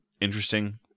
interesting